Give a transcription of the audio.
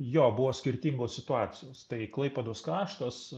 jo buvo skirtingos situacijos tai klaipėdos kraštas